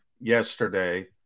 yesterday